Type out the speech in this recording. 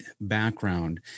background